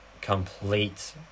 complete